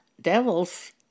devils